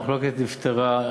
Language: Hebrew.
המחלוקת נפתרה.